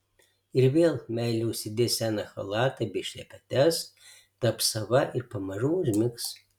ir vėl meilė užsidės seną chalatą bei šlepetes taps sava ir pamažu užmigs